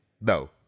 no